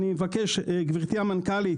גברתי המנכ"לית,